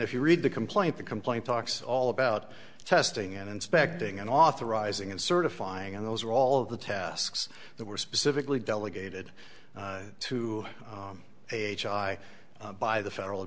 if you read the complaint the complaint talks all about testing in inspecting and authorizing and certifying and those are all of the tasks that were specifically delegated to h i by the federal